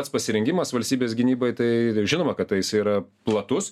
pats pasirengimas valstybės gynybai tai žinoma kad tai jis yra platus